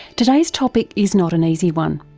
today's topic is not an easy one,